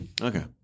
Okay